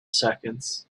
seconds